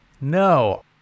No